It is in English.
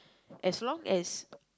as long as